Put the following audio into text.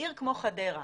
לעיר כמו חדרה,